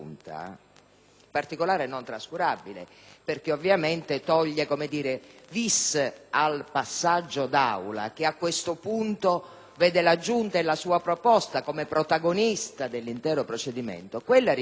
particolare non trascurabile perché ovviamente toglie *vis* al passaggio d'Aula, che a questo punto vede la Giunta e la sua proposta come protagoniste dell'intero procedimento),